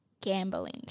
Gambling